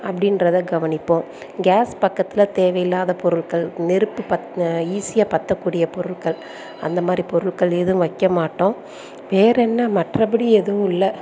அப்படின்றத கவனிப்போம் கேஸ் பக்கத்தில் தேவை இல்லாத பொருட்கள் கு நெருப்பு பத் ஈஸியாக பற்றக்கூடிய பொருட்கள் அந்த மாதிரி பொருட்கள் ஏதுவும் வைக்க மாட்டோம் வேறு என்ன மற்றபடி எதுவும் இல்லை